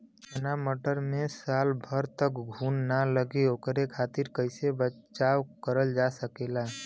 चना मटर मे साल भर तक घून ना लगे ओकरे खातीर कइसे बचाव करल जा सकेला?